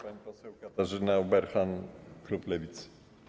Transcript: Pani poseł Katarzyna Ueberhan, klub Lewicy.